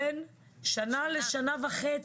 בין שנה לשנה וחצי.